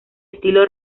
estilo